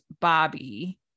bobby